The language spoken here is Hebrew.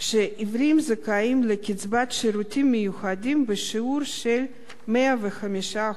שעיוורים זכאים לקצבת שירותים מיוחדים בשיעור של 105%,